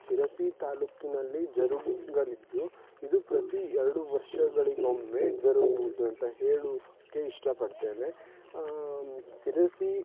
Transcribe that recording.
ಶಿರಸಿ ತಾಲ್ಲೂಕಿನಲ್ಲಿ ಜರುಗಲಿದ್ದು ಇದು ಪ್ರತಿ ಎರಡು ವರ್ಷಗಳಿಗೊಮ್ಮೆ ಜರಗುವುದು ಅಂತ ಹೇಳುಕ್ಕೆ ಇಷ್ಟಪಡ್ತೇನೆ ಶಿರಸಿ